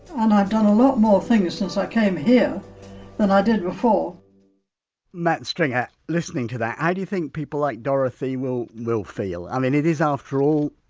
and i've done a lot more things since i came here than i did before matt stringer listening to that, how do you think people like dorothy will will feel, i mean it is, after all,